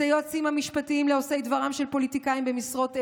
את היועצים המשפטיים לעושי דברם של פוליטיקאים במשרות אמון.